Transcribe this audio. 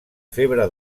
febre